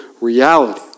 reality